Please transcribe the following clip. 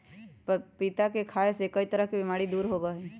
पपीता के खाय से कई तरह के बीमारी दूर होबा हई